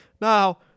Now